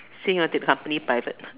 sing until company private